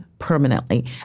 permanently